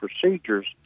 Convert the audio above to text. procedures